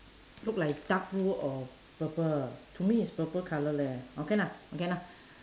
look like dark blue or purple to me is purple colour leh okay lah okay lah